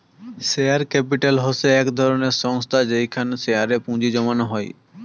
share capital হসে এক ধরণের সংস্থা যেইখানে শেয়ার এ পুঁজি জমানো হই